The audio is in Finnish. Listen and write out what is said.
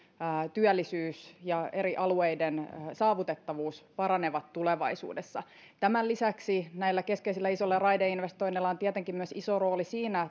työllisyys ja eri alueiden saavutettavuus paranevat tulevaisuudessa tämän lisäksi näillä keskeisillä isoilla raideinvestoinneilla on tietenkin myös iso rooli siinä